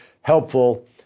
helpful